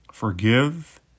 Forgive